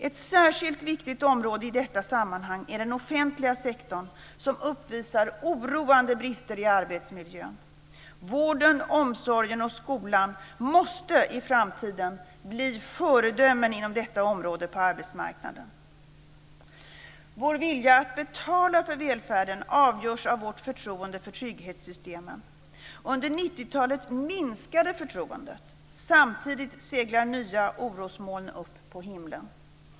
Ett särskilt viktigt område i detta sammanhang är den offentliga sektorn, som uppvisar oroande brister i arbetsmiljön. Vården, omsorgen och skolan måste i framtiden bli föredömen inom detta område på arbetsmarknaden. Vår vilja att betala för välfärden avgörs av vårt förtroende för trygghetssystemen. Under 90-talet minskade förtroendet. Samtidigt seglar nya orosmoln upp på himlen.